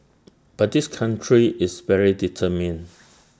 but this country is very determined